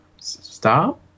stop